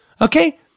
Okay